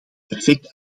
perfect